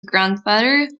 grandfather